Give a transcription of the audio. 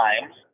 times